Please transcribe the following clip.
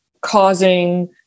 causing